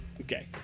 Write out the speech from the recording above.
Okay